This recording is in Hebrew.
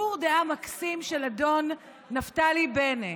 טור דעה מקסים של אדון נפתלי בנט,